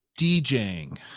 DJing